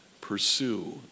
pursue